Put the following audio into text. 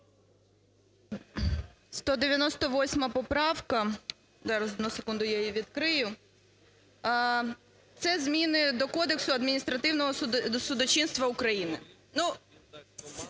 198 поправка. Зараз, одну секунду, я її відкрию. Це зміни до Кодексу адміністративного судочинства України.